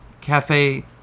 cafe